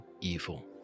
evil